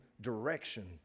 direction